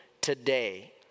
today